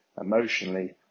emotionally